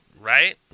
right